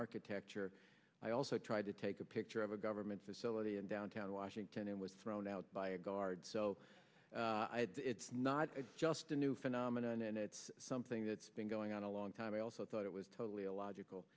architecture i also tried to take a picture of a government facility in downtown washington and was thrown out by a guard so i had it's not just a new phenomenon and it's something that's been going on a long time i also thought it was totally illogical